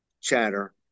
chatter